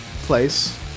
place